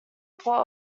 plot